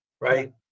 Right